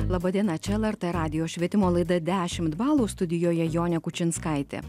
laba diena čia lrt radijo švietimo laida dešimt balų studijoje jonė kučinskaitė